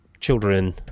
children